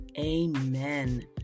Amen